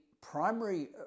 primary